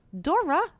Dora